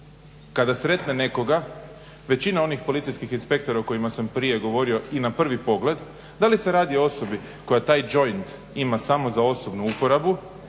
kada sretne nekoga, većina onih policijskih inspektora o kojima sam prije govorio i na prvi pogled, da li se radi o osobi koja taj joint ima samo za osobnu uporabu